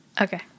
Okay